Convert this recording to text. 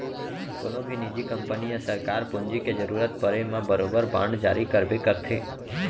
कोनों भी निजी कंपनी या सरकार पूंजी के जरूरत परे म बरोबर बांड जारी करबे करथे